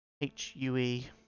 h-u-e